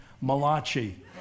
Malachi